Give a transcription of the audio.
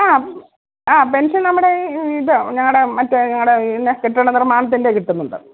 ആ ആ പെൻഷൻ നമ്മുടെ ഇത് ഞങ്ങളുടെ മറ്റേ ഞങ്ങളുടെ പിന്നെ കെട്ടിടനിർമാണത്തിന്റെ കിട്ടുന്നുണ്ട്